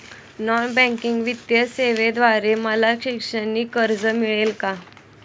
Non banking वित्तीय सेवेद्वारे मला शैक्षणिक कर्ज मिळेल का?